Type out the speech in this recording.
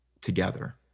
together